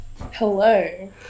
Hello